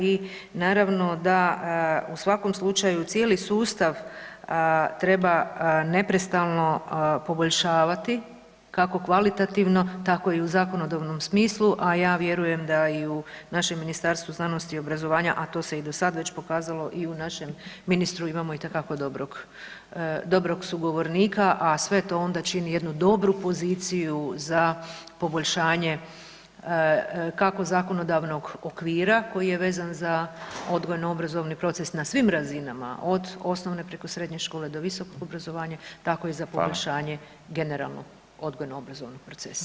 I naravno da u svakom slučaju cijeli sustav treba neprestano poboljšavati kako kvalitativno tako i u zakonodavnom smislu, a ja vjerujem da i u našem Ministarstvu znanosti i obrazovanja a to se i do sad već pokazalo i u našem ministru imamo itekako dobrog sugovornika, a sve to onda čini jednu dobru poziciju za poboljšanje kako zakonodavnog okvira koji je vezan za odgojno-obrazovni proces na svim razinama od osnovne preko srednje škole do visokog obrazovanja tako i za poboljšanje generalno odgojno-obrazovnog procesa.